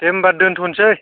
दे होमबा दोन्थ'नोसै